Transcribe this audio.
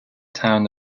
town